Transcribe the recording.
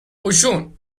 اوشون